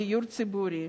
הדיור הציבורי.